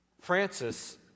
Francis